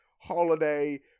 holiday